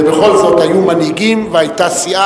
ובכל זאת היו מנהיגים והיתה סיעה,